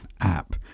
app